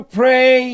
pray